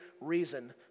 reason